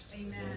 Amen